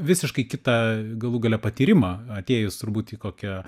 visiškai kitą galų gale patyrimą atėjus turbūt į kokią